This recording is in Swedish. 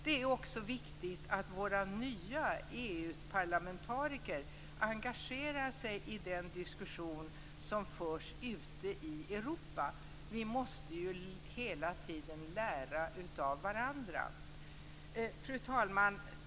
Det är också viktigt att våra nya EU-parlamentariker engagerar sig i den diskussion som förs ute i Europa. Vi måste hela tiden lära av varandra. Fru talman!